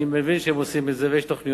אני מבין שהם עושים את זה, ויש תוכניות,